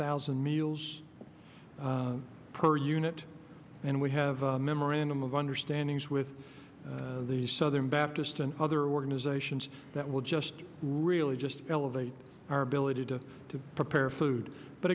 thousand meals per unit and we have a memorandum of understanding as with the southern baptist and other organizations that will just really just elevate our ability to to prepare food but